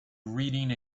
reading